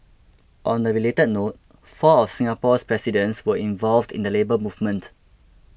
on a related note four of Singapore's presidents were involved in the Labour Movement